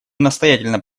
настоятельно